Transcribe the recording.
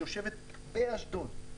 שיושבת באשדוד,